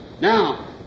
Now